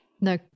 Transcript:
No